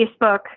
Facebook